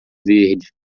verde